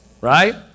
Right